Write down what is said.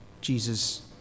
Jesus